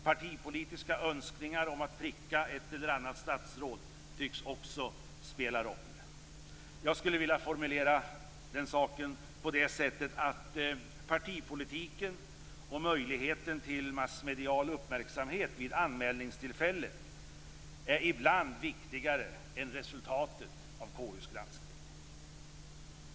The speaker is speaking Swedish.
Partipolitiska önskningar om att pricka ett eller annat statsråd tycks också spela roll. Jag skulle vilja formulera den saken på det sättet att partipolitiken och möjligheten till massmedial uppmärksamhet vid anmälningstillfället ibland är viktigare än resultatet av KU:s granskning.